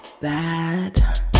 bad